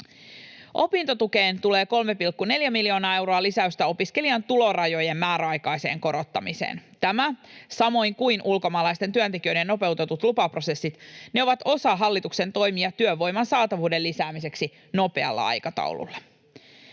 Opintotukeen tulee 3,4 miljoonaa euroa lisäystä opiskelijan tulorajojen määräaikaiseen korottamiseen. Tämä, samoin kuin ulkomaalaisten työntekijöiden nopeutetut lupaprosessit, ovat osa hallituksen toimia työvoiman saatavuuden lisäämiseksi nopealla aikataululla.